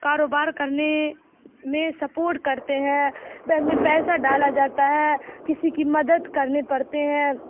کاروبار کرنے میں سپورٹ کرتے ہیں بینک میں پیسہ ڈالا جاتا ہے کسی کی مدد کرنے پڑتے ہیں